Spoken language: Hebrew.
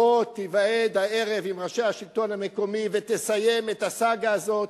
בוא תיוועד הערב עם ראשי השלטון המקומי ותסיים את הסאגה הזאת,